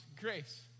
grace